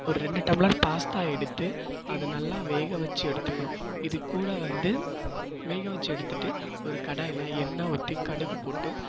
ஒரு ரெண்டு tumbler pasta எடுத்து அதை நல்லா வேக வச்சு எடுத்துக்கணும் இதுகூட வந்து வேக வச்சு எடுத்துவிட்டு ஒரு கடாயில் எண்ணெய் ஊற்றி கடுகு போட்டு